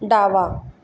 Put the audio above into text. डावा